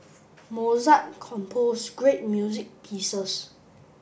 Mozart composed great music pieces